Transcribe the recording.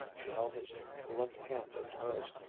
she held his limp hand in hers,